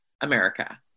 America